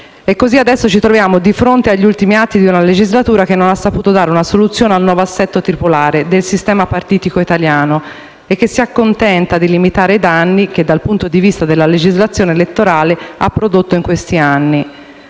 E così adesso ci troviamo di fronte agli ultimi atti di una legislatura che non ha saputo dare una soluzione al nuovo assetto tripolare del sistema partitico italiano, e che si accontenta di limitare i danni che, dal punto di vista della legislazione elettorale, ha prodotto in questi anni: